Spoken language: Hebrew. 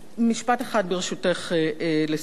משפט אחד, ברשותך, לסיום.